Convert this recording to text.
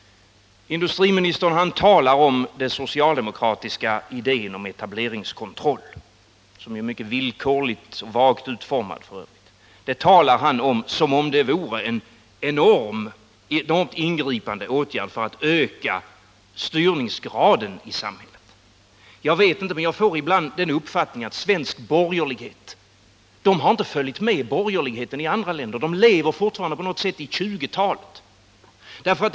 Industriministern talar om den socialdemokratiska idén om etableringskontroll — som f.ö. är mycket villkorligt och vagt utformad — som om den vore en enormt ingripande åtgärd för att öka styrningsgraden i samhället. Jag får ibland den uppfattningen att svensk borgerlighet inte har följt med borgerligheten i andra länder utan fortfarande lever kvar på 1920-talet...